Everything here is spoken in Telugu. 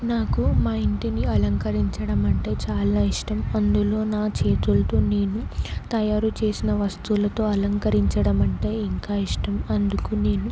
నాకు మా ఇంటిని అలంకరించడం అంటే చాలా ఇష్టం అందులో నా చేతులతో నేను తయారు చేసిన వస్తువులతో అలంకరించడం అంటే ఇంకా ఇష్టం అందుకు నేను